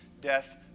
death